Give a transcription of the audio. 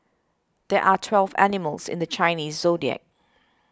there are twelve animals in the Chinese zodiac